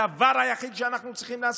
זה הדבר היחיד שאנחנו צריכים לעשות?